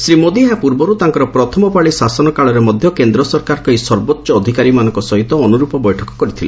ଶ୍ରୀ ମୋଦି ଏହା ପୂର୍ବର୍ତ୍ତାଙ୍କର ପ୍ରଥମ ପାଳି ଶାସନକାଳରେ ମଧ୍ୟ କେନ୍ଦ୍ର ସରକାରଙ୍କ ଏହି ସର୍ବୋଚ୍ଚ ଅଧିକାରୀମାନଙ୍କ ସହିତ ଅନୁରୂପ ବୈଠକ କରିଥିଲେ